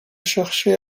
chercher